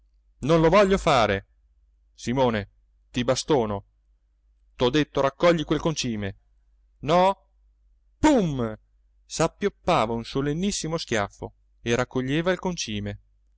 non lo voglio fare simone ti bastono t'ho detto raccogli quel concime no pum s'appioppava un solennissimo schiaffo e raccoglieva il concime